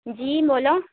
جی بولو